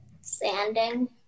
Sanding